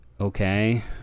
okay